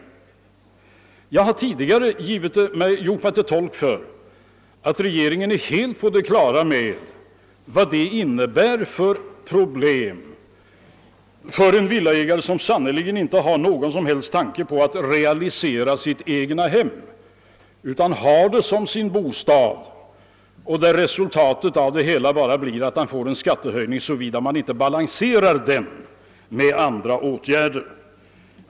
Jag har tidigare uttalat att regeringen är helt på det klara med vad det innebär för problem för en villaägare, som sannerligen inte har någon som helst tanke på att realisera sitt egnahem utan har det som sin bostad, då resultatet av det hela bara blir att han får en skattehöjning, såvida man inte balanserar den med andra åtgärder.